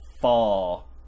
fall